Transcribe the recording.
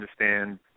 understand